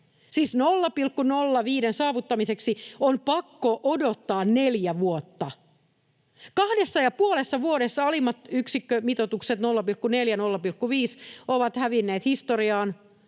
siis 0,05:n saavuttamiseksi on pakko odottaa neljä vuotta. Kahdessa ja puolessa vuodessa alimmat yksikkömitoitukset, 0,4—0,5, ovat hävinneet historiaan,